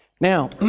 Now